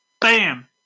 Bam